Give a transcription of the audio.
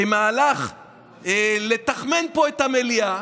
כמהלך לתחמן פה את המליאה,